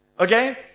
Okay